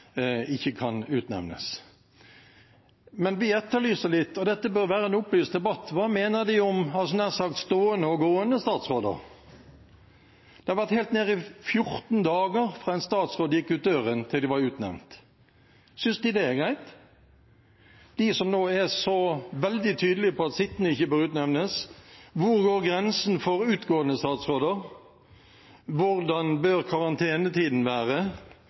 ikke kan utnevnes. Men dette bør være en opplyst debatt, og vi etterlyser hva de mener om nær sagt stående og gående statsråder. Det har vært helt ned i 14 dager fra statsråder gikk ut døren, til de var utnevnt. Synes de at det er greit? De som nå er så veldig tydelige på at sittende statsråder ikke bør utnevnes: Hvor går grensen for utgående statsråder? Hvordan bør karantenetiden være?